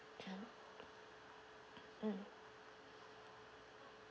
mm